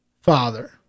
father